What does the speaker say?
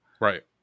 Right